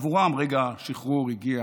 בעבורם רגע השחרור הגיע